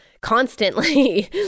constantly